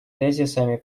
тезисами